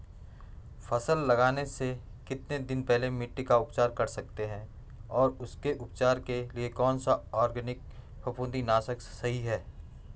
फसल लगाने से कितने दिन पहले मिट्टी का उपचार कर सकते हैं और उसके उपचार के लिए कौन सा ऑर्गैनिक फफूंदी नाशक सही है?